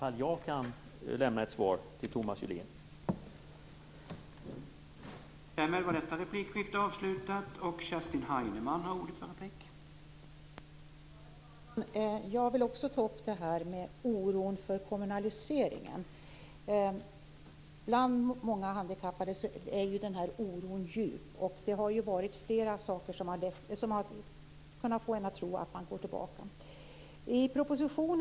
Det är så nära ett svar som jag kan ge